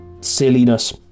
silliness